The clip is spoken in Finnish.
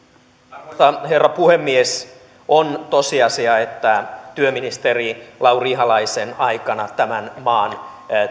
arvoisa herra puhemies on tosiasia että työministeri lauri ihalaisen aikana tämän maan